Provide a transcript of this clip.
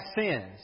sins